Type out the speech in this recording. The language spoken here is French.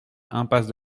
impasse